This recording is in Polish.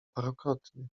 parokrotnie